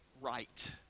right